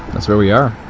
that's where we are.